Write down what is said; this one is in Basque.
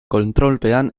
kontrolpean